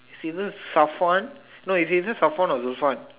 it's either Safwan no it's either Safwan or Zulfan